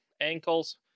ankles